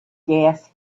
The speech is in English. gas